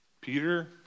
Peter